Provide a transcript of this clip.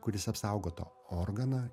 kuris apsaugo to organą